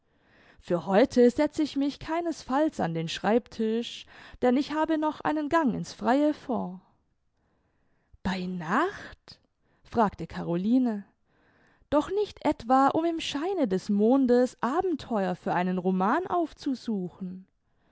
für heute setz ich mich keinesfalls an den schreibtisch denn ich habe noch einen gang in's freie vor bei nacht fragte caroline doch nicht etwa um im scheine des mondes abenteuer für einen roman aufzusuchen